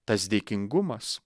tas dėkingumas